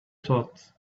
thought